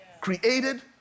created